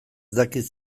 dakit